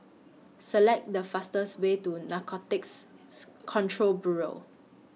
Select The fastest Way to Narcotics Control Bureau